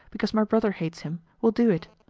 because my brother hates him, will do it.